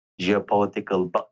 geopolitical